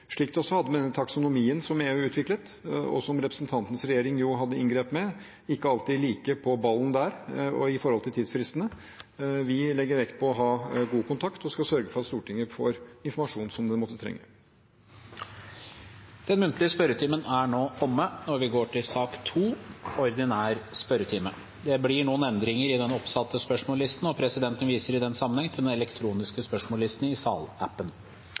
Slik det også var med taksonomien som EU utviklet, og som representantens regjering hadde inngrep med – de var ikke alltid like på ballen der i forhold til tidsfristene. Vi legger vekt på å ha god kontakt og skal sørge for at Stortinget får den informasjon som det måtte trenge. Den muntlige spørretimen er nå omme. Det blir noen endringer i den oppsatte spørsmålslisten, og presidenten viser i den sammenheng til den elektroniske spørsmålslisten i salappen.